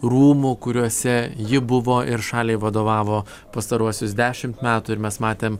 rūmų kuriuose ji buvo ir šaliai vadovavo pastaruosius dešimt metų ir mes matėm